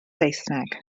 saesneg